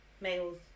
males